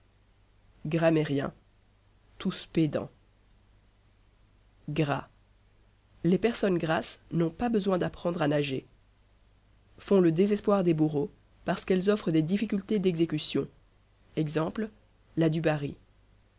grammairiens tous pédants gras les personnes grasses n'ont pas besoin d'apprendre à nager font le désespoir des bourreaux parce qu'elles offrent des difficultés d'exécution ex la du barry